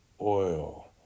oil